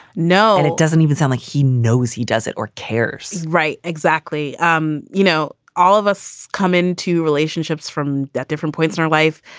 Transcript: no, and it doesn't even sound like he knows he does it or cares. right exactly. um you know, all of us come into relationships from at different points in our life.